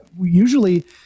Usually